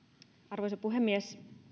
arvoisa puhemies